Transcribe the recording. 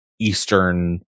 eastern